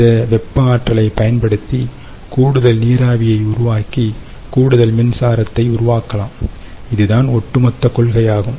இந்த வெப்ப ஆற்றலை பயன்படுத்தி கூடுதல் நீராவியை உருவாக்கி கூடுதல் மின்சாரத்தை உருவாக்கலாம் இது தான் ஒட்டுமொத்த கொள்கையாகும்